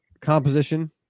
composition